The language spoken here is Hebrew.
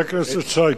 חבר הכנסת שי,